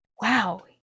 wow